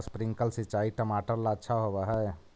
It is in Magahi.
का स्प्रिंकलर सिंचाई टमाटर ला अच्छा होव हई?